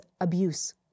abuse